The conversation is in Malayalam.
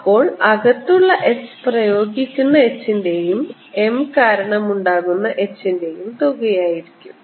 അപ്പോൾ അകത്തുള്ള h പ്രയോഗിക്കുന്ന h ൻറെയും m കാരണം ഉണ്ടാകുന്ന h ൻറെയും തുകയായിരിക്കും